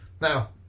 Now